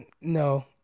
no